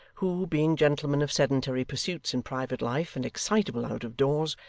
who, being gentlemen of sedentary pursuits in private life and excitable out of doors,